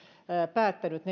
päättänyt